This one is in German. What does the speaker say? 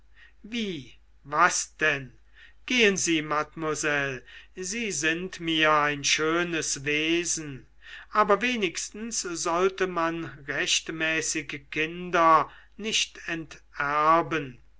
wie was denn gehen sie mademoiselle sie sind mir ein schönes wesen aber wenigstens sollte man rechtmäßige kinder nicht enterben